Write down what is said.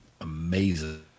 amazing